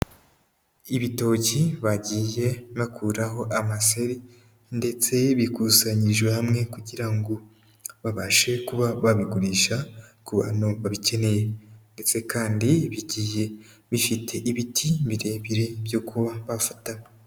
Ibitoki bagiye bakuraho amaseri ndetse bikusanyirijwe hamwe kugira ngo babashe kuba babigurisha ku bantu babikeneye, ndetse kandi bigiye bifite ibiti birebire byo kuba bafataho.